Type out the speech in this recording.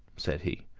said he.